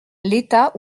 l’état